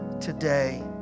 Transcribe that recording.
today